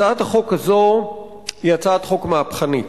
הצעת החוק הזאת היא הצעת חוק מהפכנית.